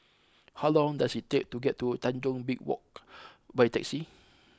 how long does it take to get to Tanjong B Walk by taxi